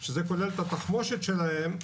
שזה כולל את התחמושת שלהם,